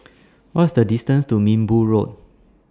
What IS The distance to Minbu Road